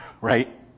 right